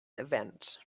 event